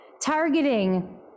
targeting